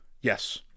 Yes